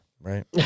Right